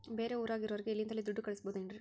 ಬೇರೆ ಊರಾಗಿರೋರಿಗೆ ಇಲ್ಲಿಂದಲೇ ದುಡ್ಡು ಕಳಿಸ್ಬೋದೇನ್ರಿ?